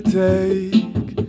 take